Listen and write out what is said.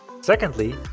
Secondly